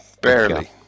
barely